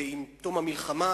ובתום המלחמה,